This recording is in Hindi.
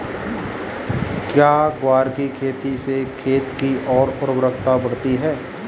क्या ग्वार की खेती से खेत की ओर उर्वरकता बढ़ती है?